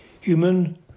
Human